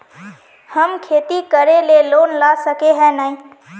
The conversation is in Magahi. हम खेती करे ले लोन ला सके है नय?